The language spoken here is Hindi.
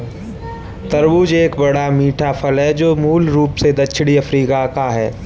तरबूज एक बड़ा, मीठा फल है जो मूल रूप से दक्षिणी अफ्रीका का है